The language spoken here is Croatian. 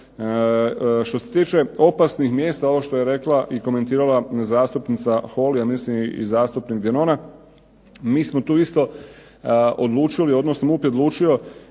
Što se tiče opasnih mjesta ovo što je rekla i komentirala zastupnica Holy i mislim zastupnik Denona, MUP je odlučio načiniti male